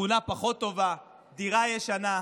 שכונה פחות טובה, דירה ישנה.